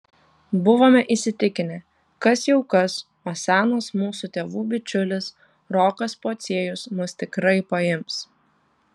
buvome įsitikinę kas jau kas o senas mūsų tėvų bičiulis rokas pociejus mus tikrai paims